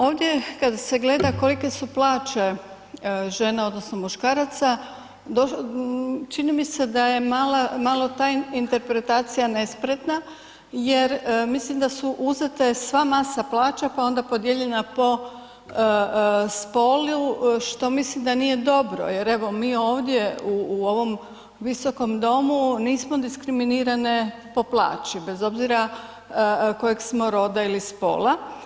Ovdje kad se gleda kolike su plaće žena odnosno muškaraca, čini mi se da je malo ta interpretacija nespretna jer mislim da su uzete sva masa plaća pa onda podijeljena po spolu što mislim da nije dobro jer evo, mi ovdje u ovom Visokom domu nismo diskriminirane po plaći bez obzira kojeg smo roda ili spola.